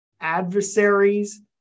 adversaries